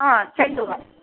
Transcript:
ಹಾಂ ಚೆಂಡು ಹೂವ